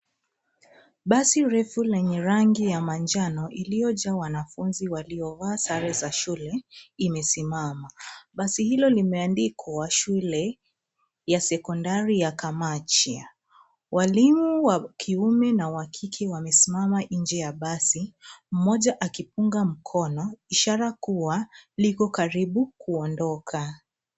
Basi refu lenye rangi ya manjano iliyojaa wanafunzi waliovaa sare za shule imesimama. Basi hilo limeandikwa shule ya sekondari ya Kamachia. Walimu wa kike na wakiume wamesimama nje ya basi mmoja akipunga mkono ishara kuwa liko karibu kuondoka.